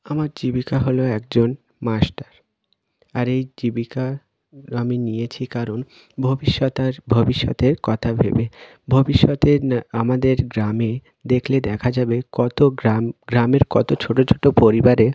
আমার জীবিকা হল একজন মাস্টার আর এই জীবিকা আমি নিয়েছি কারণ ভবিষ্যতার ভবিষ্যতের কথা ভেবে ভবিষ্যতে আমাদের গ্রামে দেখলে দেখা যাবে কত গ্রাম গ্রামের কত ছোট ছোট পরিবারে